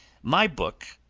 my book,